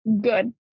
Good